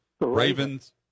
Ravens